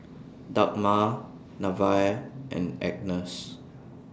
Dagmar Nevaeh and Agnes